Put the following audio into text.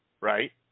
right